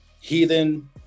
heathen